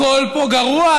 הכול פה גרוע,